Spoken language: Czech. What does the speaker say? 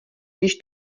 když